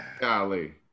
Golly